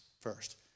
first